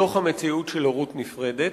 מתוך המציאות של הורות נפרדת.